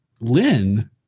Lynn